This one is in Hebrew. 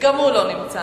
גם הוא לא נמצא.